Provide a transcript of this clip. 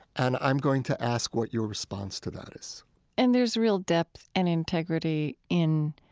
and i'm going to ask what your response to that is and there's real depth and integrity in